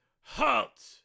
HALT